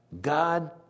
God